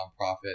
nonprofit